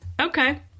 Okay